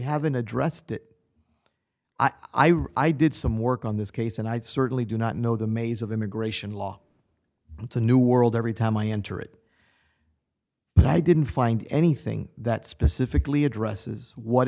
haven't addressed it i wrote i did some work on this case and i certainly do not know the maze of immigration law it's a new world every time i enter it i didn't find anything that specifically addresses what